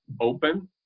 open